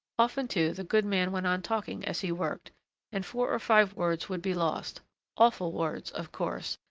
often, too, the goodman went on talking as he worked and four or five words would be lost awful words, of course,